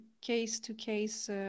case-to-case